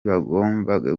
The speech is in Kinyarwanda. bagombaga